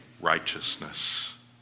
righteousness